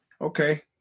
Okay